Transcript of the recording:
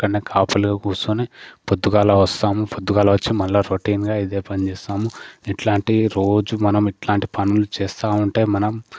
అక్కడనే కాపలి కూర్సోని పొద్దుగాల వస్తాం పొద్దుగాల వచ్చి మళ్ళా రొటీన్గా ఇదే పని చేస్తాము ఇట్లాంటి రోజు మనం ఇట్లాంటి పనులు చేస్తూ ఉంటే మనం